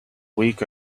week